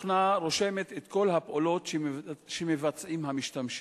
התוכנה רושמת את כל הפעולות שמבצעים המשתמשים.